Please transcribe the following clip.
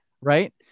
right